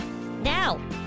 Now